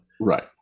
Right